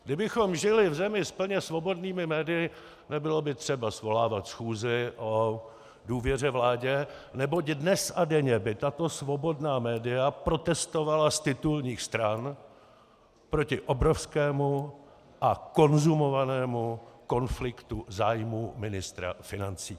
Kdybychom žili v zemi s plně svobodnými médii, nebylo by třeba svolávat schůzi o důvěře vládě, neboť dnes a denně by tato svobodná média protestovala z titulních stran proti obrovskému a konzumovanému konfliktu zájmů ministra financí.